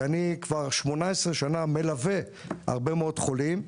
אני כבר 18 שנה מלווה הרבה מאוד חולים.